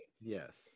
Yes